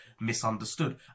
misunderstood